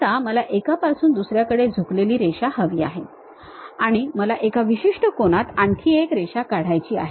आता मला एकापासून दुसर्याकडे झुकलेली रेषा हवी आहे आणि मला एका विशिष्ट कोनात आणखी एक रेषा काढायची आहे